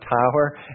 Tower